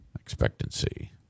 expectancy